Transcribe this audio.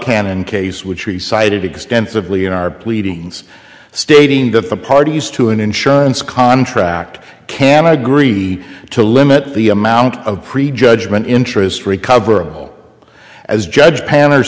buckhannon case which he cited extensively in our pleadings stating that for parties to an insurance contract can agree to limit the amount of pre judgment interest recoverable as judge panel or